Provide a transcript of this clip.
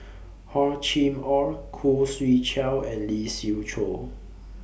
Hor Chim Or Khoo Swee Chiow and Lee Siew Choh